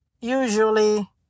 usually